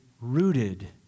rooted